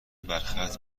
برخط